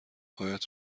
هایت